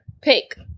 pick